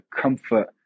comfort